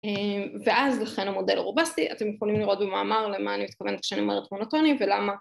ואז לכן המודל רובסי, אתם יכולים לראות במאמר למה אני מתכוונת שאני אומרת מונוטוני, ולמה.